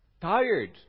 Tired